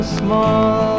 small